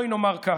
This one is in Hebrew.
בואי נאמר כך: